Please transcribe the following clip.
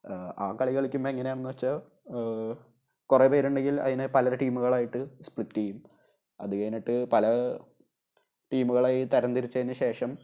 ആ കളി കളിക്കുമ്പോൾ എങ്ങനെയാന്ന് വെച്ചാല് കുറെ പേരുണ്ടെങ്കിൽ അതിനെ പല ടീമുകളായിട്ട് സ്പ്ലിറ്റ് ചെയ്യും അതുകഴിഞ്ഞിട്ട് പല ടീമുകളായി തരംതിരിച്ചതിനു ശേഷം